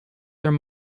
their